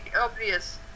obvious